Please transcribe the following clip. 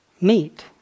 meet